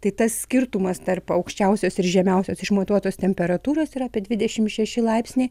tai tas skirtumas tarp aukščiausios ir žemiausios išmatuotos temperatūros yra apie dvidešim šeši laipsniai